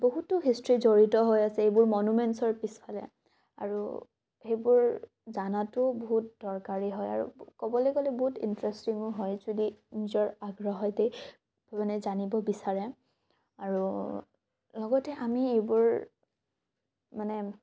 বহুতো হিষ্ট্ৰী জড়িত হৈ আছে এইবোৰ মনোমেনচৰ পিচফালে আৰু সেইবোৰ জানাটোও বহুত দৰকাৰী হয় আৰু ক'বলৈ গ'লে বহুত ইণ্টাৰেষ্টিঙো হয় যদি নিজৰ আগ্ৰহ হয় মানে জানিব বিচাৰে আৰু লগতে আমি এইবোৰ মানে